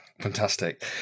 Fantastic